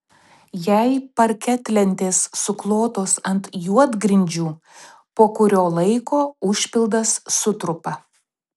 jei parketlentės suklotos ant juodgrindžių po kurio laiko užpildas sutrupa